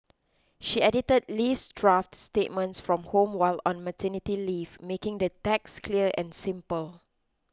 she edited Lee's draft statements from home while on maternity leave making the text clear and simple